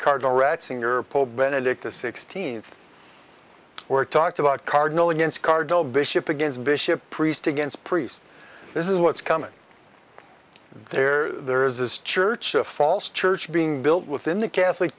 cardinal ratzinger pope benedict the sixteenth were talked about cardinal against carville bishop against bishop priest against priests this is what's coming there there is this church a false church being built within the catholic